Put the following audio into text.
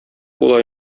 була